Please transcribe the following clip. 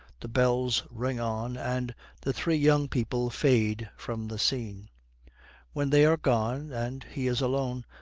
the bells ring on, and the three young people fade from the scene when they are gone and he is alone,